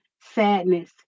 sadness